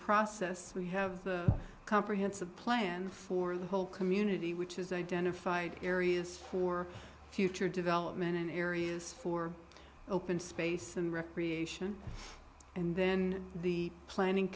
process we have a comprehensive plan for the whole community which is identified areas for future development in areas for open space and recreation and then the planning